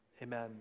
Amen